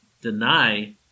deny